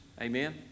Amen